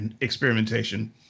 experimentation